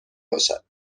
باشد